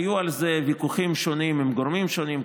היו על זה ויכוחים שונים עם גורמים שונים,